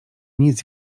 nic